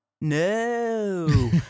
no